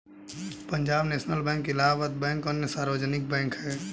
Punjab national bank Allahabad bank अन्य सार्वजनिक bank है